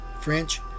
French